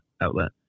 outlet